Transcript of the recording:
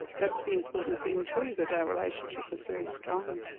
that's the important thing too that our relationship was very strong.